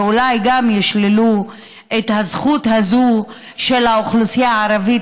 ואולי גם ישללו את הזכות הזו של האוכלוסייה הערבית